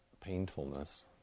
painfulness